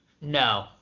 No